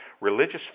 religious